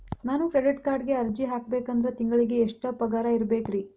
ನಾನು ಕ್ರೆಡಿಟ್ ಕಾರ್ಡ್ಗೆ ಅರ್ಜಿ ಹಾಕ್ಬೇಕಂದ್ರ ತಿಂಗಳಿಗೆ ಎಷ್ಟ ಪಗಾರ್ ಇರ್ಬೆಕ್ರಿ?